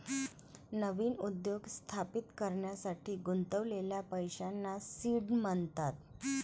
नवीन उद्योग स्थापित करण्यासाठी गुंतवलेल्या पैशांना सीड म्हणतात